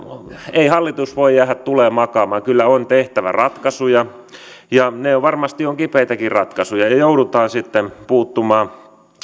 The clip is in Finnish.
ei hallitus voi jäädä tuleen makaamaan kyllä on tehtävä ratkaisuja ja ne varmasti ovat kipeitäkin ratkaisuja ja ja joudutaan sitten puuttumaan